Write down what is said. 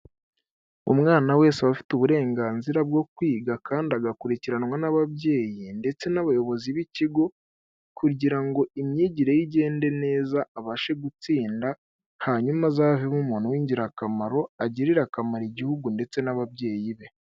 Umwana wese aba afite uburenganzira bwo kwiga kandi agakurikiranwa n'ababyeyi ndetse n'abayobozi b'ikigo kugira ngo imyigire ye igende neza abashe gutsinda hanyuma azavemo umuntu w'ingirakamaro, agirire akamaro igihugu ndetse n'ababyeyi be.